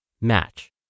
Match